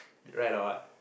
right or not